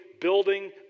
building